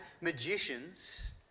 magicians